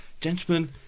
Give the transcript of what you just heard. gentlemen